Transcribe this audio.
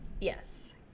Yes